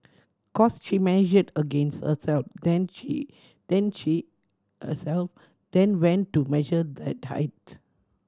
cos she measured against herself then then herself then went to measure that height